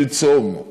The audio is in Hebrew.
של צום.